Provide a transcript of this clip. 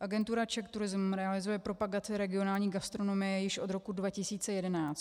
Agentura CzechTourism realizuje propagaci regionální gastronomie již od roku 2011.